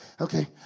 okay